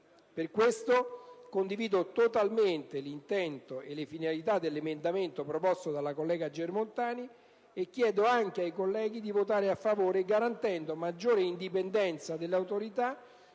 Per questo, condivido totalmente l'intento e le finalità dell'emendamento proposto dalla collega Germontani e chiedo ai colleghi di votare a favore, garantendo una maggiore indipendenza dell'Autorità,